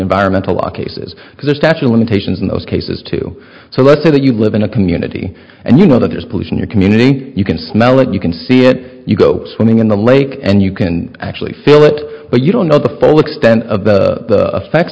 environmental law cases because the statue of limitations in those cases too so let's say that you live in a community and you know that there's pollution your community you can smell it you can see if you go swimming in the lake and you can actually feel it but you don't know the full extent of the effects